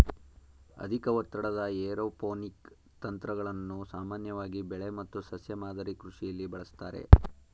ಅಧಿಕ ಒತ್ತಡದ ಏರೋಪೋನಿಕ್ ತಂತ್ರಗಳನ್ನು ಸಾಮಾನ್ಯವಾಗಿ ಬೆಳೆ ಮತ್ತು ಸಸ್ಯ ಮಾದರಿ ಕೃಷಿಲಿ ಬಳಸ್ತಾರೆ